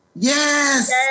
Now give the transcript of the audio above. Yes